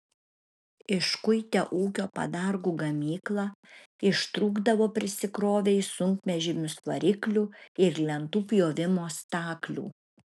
iškuitę ūkio padargų gamyklą išrūkdavo prisikrovę į sunkvežimius variklių ir lentų pjovimo staklių